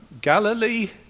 Galilee